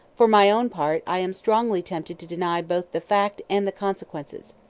for my own part, i am strongly tempted to deny both the fact and the consequences.